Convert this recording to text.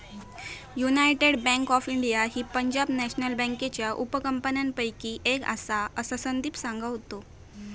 United Bank of India ही Punjab National बँकेच्या उपकंपन्यांपैकी एक आसा, असा संदीप सांगा होतो